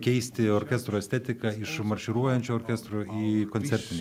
keisti orkestro estetiką iš marširuojančio orkestro į koncertinį